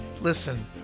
listen